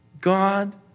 God